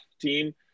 team